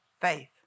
faith